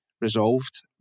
resolved